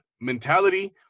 Mentality